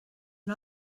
and